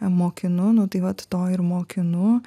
mokinu nu tai vat to ir mokinu